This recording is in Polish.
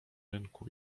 rynku